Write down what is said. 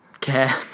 care